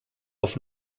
auf